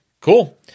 cool